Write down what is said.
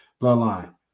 Bloodline